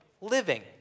living